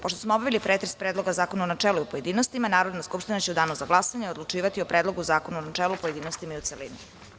Pošto smo obavili pretres Predloga zakona u načelu i u pojedinostima, Narodna skupština će u danu za glasanje odlučivati o Predlogu zakona u načelu, pojedinostima i u celini.